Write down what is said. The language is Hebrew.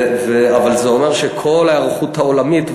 אבל זה אומר שכל ההיערכות העולמית,